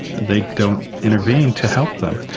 they don't intervene to help them.